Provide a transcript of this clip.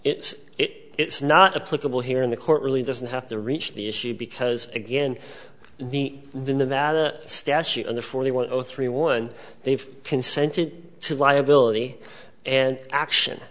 it's it's not a political here in the court really doesn't have the reach the issue because again the nevada statute under forty one or three one they've consented to liability and action